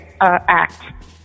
Act